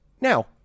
Now